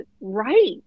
right